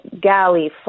galley